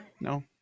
No